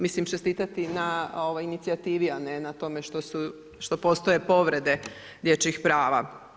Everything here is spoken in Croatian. Mislim čestitati na inicijativi, a ne na tome što postoje povrede dječjih prava.